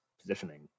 positioning